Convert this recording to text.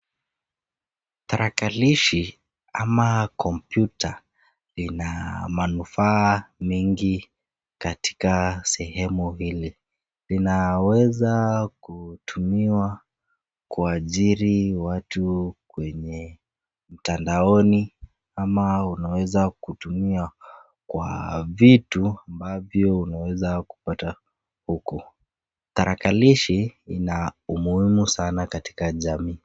Tarakilishi ama kompyuta ina manufaa mingi katika sehemu hii. Linaweza kutumiwa kuajiri watu kwenye mtandaoni ama unweza kutumiwa kwa vitu ambavyo unaweza kupata huko. Tarakalishi ina umuhimu sana katika jamii.